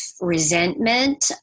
resentment